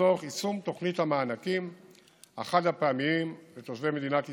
לצורך יישום תוכנית המענקים החד-פעמיים לתושבי מדינת ישראל,